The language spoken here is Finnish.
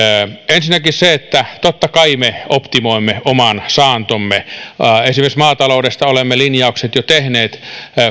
ensinnäkin totta kai me optimoimme oman saantomme esimerkiksi maataloudesta olemme linjaukset jo tehneet